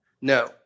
No